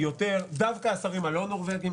דווקא השרים הלא נורבגים,